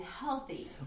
healthy